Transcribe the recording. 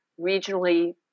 regionally